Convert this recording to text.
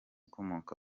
ukomoka